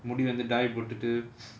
முடி வந்து:mudi vanthu dye போட்டுட்டு:pottuttu